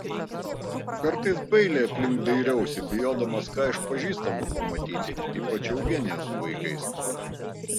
kartais bailiai aplink dairiausi bijodamas ką iš pažįstamų pamatyti ypač eugeniją su vaikais